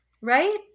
Right